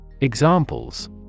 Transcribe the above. Examples